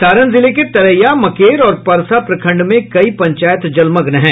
सारण जिले के तरैया मकेर और परसा प्रखंड में कई पंचायत जलमग्न है